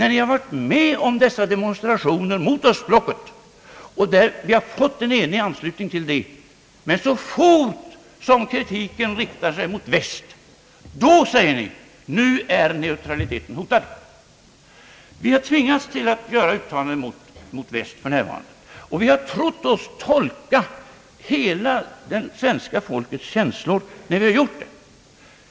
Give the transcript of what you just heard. Vi har varit med om dessa demonstrationer mot östblocket och har fått en enig anslutning till detta, men så fort kritiken riktar sig mot Amerika säger ni att neutraliteten är hotad. Vi har tvingats att göra uttalanden mot Amerika för närvarande, och vi har trott oss tolka hela det svenska folkets känslor när vi har gjort det.